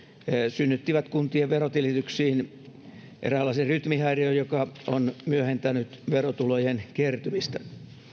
synnyttivät kuntien verotilityksiin eräänlaisen rytmihäiriön joka on myöhentänyt verotulojen kertymistä